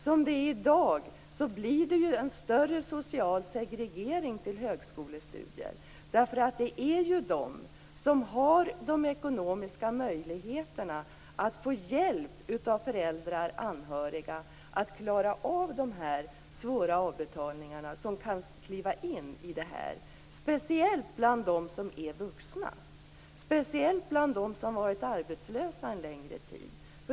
Som det är i dag blir det en större social segregering till högskolestudier därför att det är de som har de ekonomiska möjligheterna att få hjälp av föräldrar och anhöriga att klara av de svåra avbetalningarna som kan kliva in i det här. Det gäller speciellt bland dem som är vuxna, bland dem som har varit arbetslösa en längre tid.